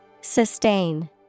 Sustain